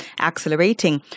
accelerating